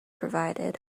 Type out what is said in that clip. provided